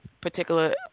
particular